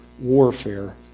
warfare